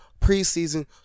preseason